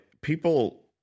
people